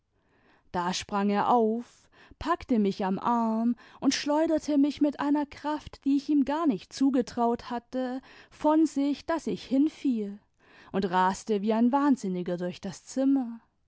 da sprang er auf packte mich am arm und schleuderte mich mit einer kraft die ich ihm gar nicht zugetraut hatte von sich daß ich hinfiel und raste wie ein wahnsinniger durch das zinuner